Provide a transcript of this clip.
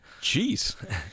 Jeez